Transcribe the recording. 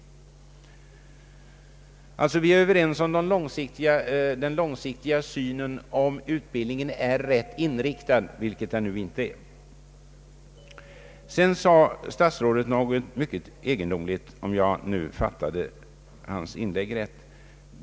Vi är således överens om den långsiktiga synen under förutsättning att utbildningen är rätt inriktad, vilket den nu inte är. Sedan sade statsrådet något mycket egendomligt, om jag fattade hans inlägg rätt.